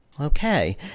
Okay